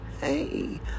hey